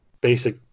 basic